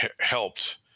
helped